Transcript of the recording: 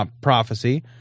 prophecy